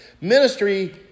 Ministry